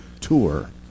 tour